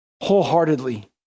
wholeheartedly